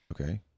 okay